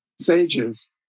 Sages